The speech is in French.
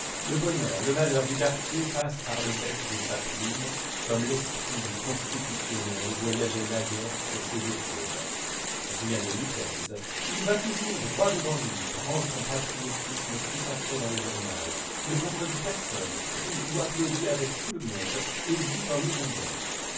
le bonheur le malheur du quartier passe par le bec de sa plume comme l'esprit du constitutionnel voyageait naguère sur ses épaules rien ne lui pèse il va toujours droit devant lui prend son patriotisme tout fait dans le journal ne contredit personne crie ou applaudit avec tout le monde et vit en hirondelle